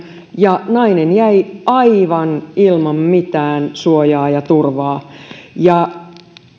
ja nainen jäi aivan ilman mitään suojaa ja turvaa